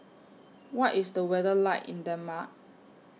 What IS The weather like in Denmark